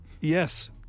Yes